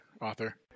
author